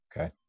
Okay